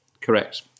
correct